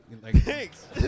Thanks